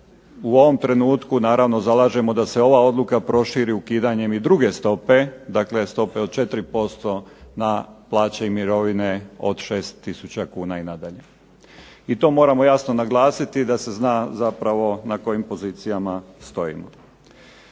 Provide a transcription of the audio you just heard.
u ovom trenutku naravno zalažemo da se ova odluka proširi ukidanjem i druge stope, dakle stope od 4% na plaće i mirovine od 6000 kuna i nadalje. I to moramo jasno naglasiti da se zna zapravo na kojim pozicijama stojimo.